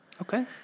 Okay